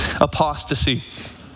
Apostasy